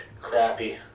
crappy